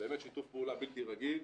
באמת שיתוף פעולה בלתי רגיל.